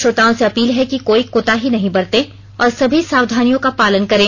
श्रोताओं से अपील हैं कि कोई कोताही नहीं बरतें और सभी सावधानियों का पालन करें